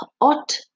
ought